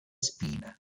spine